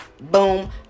boom